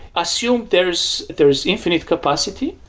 assume there is there is infinite capacity.